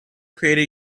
created